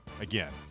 again